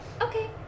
Okay